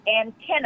antenna